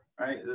right